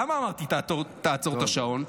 למה אמרתי תעצור את השעון?